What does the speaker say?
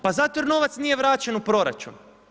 Pa zato jer novac nije vraćen u proračun.